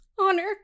Honor